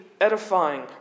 edifying